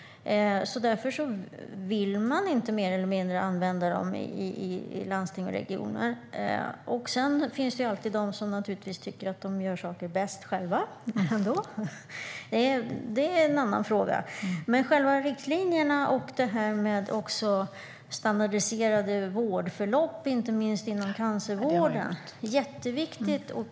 Därför vill man mer eller mindre inte använda dem i landsting och regioner. Sedan finns det alltid de som tycker att de ändå gör saker bäst själva. Det är en annan fråga. Själva riktlinjerna och standardiserade vårdförlopp inom inte minst cancervården är jätteviktigt.